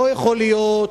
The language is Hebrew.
לא יכול להיות